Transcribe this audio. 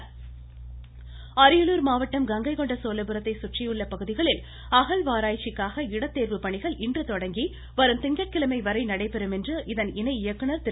இருவரி அரியலூர் மாவட்டம் கங்கை கொண்ட சோழபுரத்தை சுற்றியுள்ள பகுதிகளில் அகழ்வாராய்ச்சிக்காக இடத்தேர்வு பணிகள் இன்று தொடங்கி வரும் திங்கட்கிழமை வரை நடைபெறும் என்று இதன் இணை இயக்குனர் திரு